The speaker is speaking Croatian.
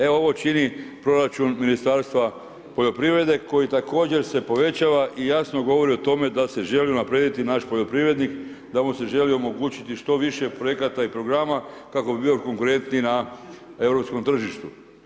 E ovo čini proračun Ministarstva poljoprivrede koji također se povećava i jasno govori o tome, da se želi unaprijediti naš poljoprivrednik, da mu se želi omogućiti što više projekata i programa kako bi bio konkretniji na europskom tržištu.